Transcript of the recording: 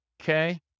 Okay